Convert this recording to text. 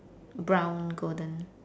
brown golden